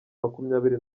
makumyabiri